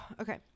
Okay